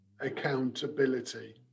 Accountability